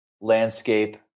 landscape